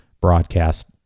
broadcast